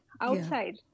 outside